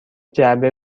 جعبه